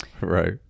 Right